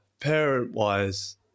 parent-wise